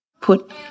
put